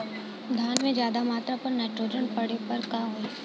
धान में ज्यादा मात्रा पर नाइट्रोजन पड़े पर का होई?